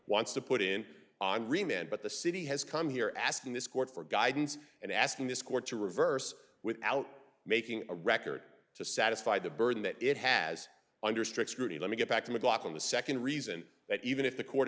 wants to put in on remand but the city has come here asking this court for guidance and asking this court to reverse without making a record to satisfy the burden that it has under strict scrutiny let me get back to mclaughlin the second reason that even if the co